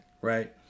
right